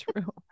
true